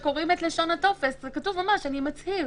ולעניין קטין, לרבות של האחראי על הקטין,